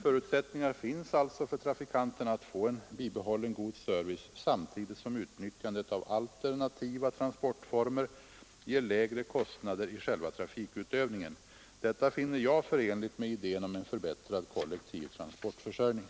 Förutsättningar föreligger alltså för trafikanterna att få en bibehållen god service samtidigt som utnyttjandet av alternativa transportformer ger lägre kostnader i själva trafikutövningen. Detta finner jag förenligt med idén om en förbättrad kollektiv transportförsörjning.